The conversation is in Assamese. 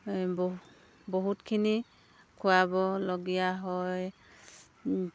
এই বহু বহুতখিনি খোৱাবলগীয়া হয়